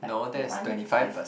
like one fifth